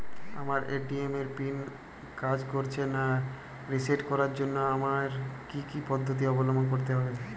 আমার এ.টি.এম এর পিন কাজ করছে না রিসেট করার জন্য আমায় কী কী পদ্ধতি অবলম্বন করতে হবে?